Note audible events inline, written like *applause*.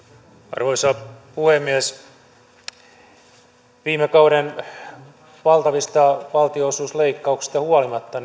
arvoisa puhemies viime kauden valtavista valtionosuusleikkauksista huolimatta *unintelligible*